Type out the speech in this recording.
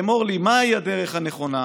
אמור לי מהי הדרך הנכונה,